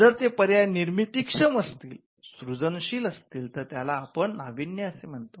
जर ते पर्याय निर्मितीक्षम असतील सृजनशील असतील तर त्याला आपण नाविण्य असे म्हणतो